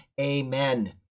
amen